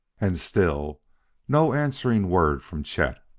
and still no answering word from chet.